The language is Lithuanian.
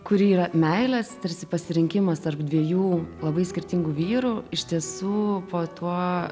kuri yra meilės tarsi pasirinkimas tarp dviejų labai skirtingų vyrų iš tiesų po tuo